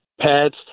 pets